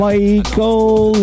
Michael